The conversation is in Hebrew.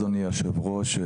אדוני היושב-ראש,